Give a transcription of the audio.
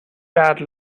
bad